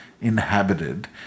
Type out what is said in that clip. inhabited